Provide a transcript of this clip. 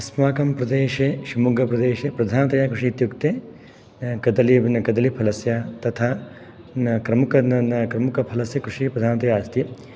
अस्माकं प्रदेशे शिव्मोग्गाप्रदेशे प्रधानतया कृषि इत्युक्ते कदलीफलस्य तथा क्रमुकफलस्य कृषी प्रधानतया अस्ति